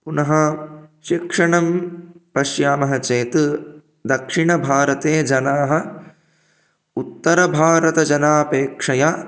पुनः शिक्षणं पश्यामः चेत् दक्षिणभारते जनाः उत्तरभारतजनानाम् अपेक्षया